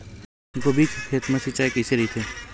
गोभी के खेत मा सिंचाई कइसे रहिथे?